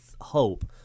hope